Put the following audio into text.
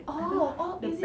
oh oh is it